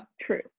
true